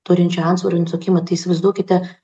turinčių antsvorio ir nutukimo tai įsivaizduokite